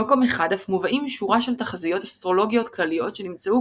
במקום אחד אף מובאים שורה של תחזיות אסטרולוגיות כלליות שנמצאו